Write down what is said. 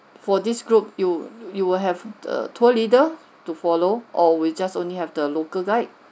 for this group you you will have a tour leader to follow or we just only have the local guide